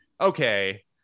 okay